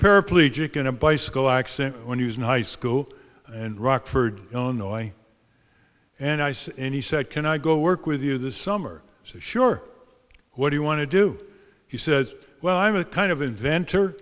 paraplegic in a bicycle accident when he was in high school and rockford illinois and ice and he said can i go work with you this summer so sure what you want to do he says well i'm a kind of inventor